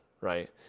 right